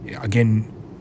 again